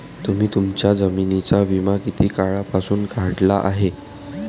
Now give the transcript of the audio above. तुम्ही तुमच्या जमिनींचा विमा किती काळापासून काढला आहे?